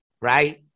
right